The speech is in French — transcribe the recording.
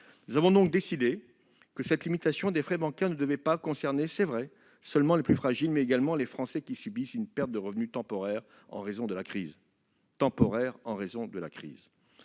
Nous avons donc décidé que cette limitation des frais bancaires devait concerner non seulement les plus fragiles, mais également les Français qui subissent une perte de revenus temporaire en raison de la crise.